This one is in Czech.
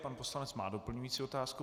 Pan poslanec má doplňující otázku.